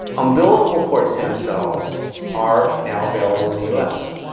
umbilical cord stem cells are now available in the us.